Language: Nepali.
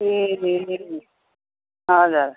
ए हजुर